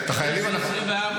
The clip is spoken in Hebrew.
השר,